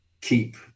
keep